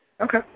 Okay